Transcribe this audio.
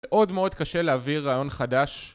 מאוד מאוד קשה להעביר רעיון חדש